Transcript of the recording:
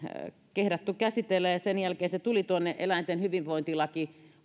kehdattu käsitellä mutta sen jälkeen se tuli tuonne eläinten hyvinvointilain